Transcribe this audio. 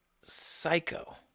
psycho